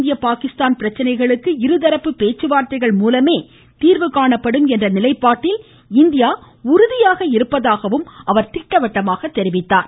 இந்திய பாகிஸ்தான் பிரச்சனைகளுக்கு இருதரப்பு பேச்சுவார்த்தைகள் மூலமே தீர்வுகாணப்படும் என்ற நிலைப்பாட்டில் இந்தியா உறுதியாக இருப்பதாகவும் அவர் திட்டவட்டமாக தெரிவித்தார்